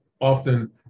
often